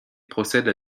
procèdent